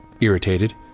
irritated